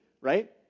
right